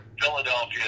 Philadelphia